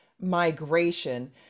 migration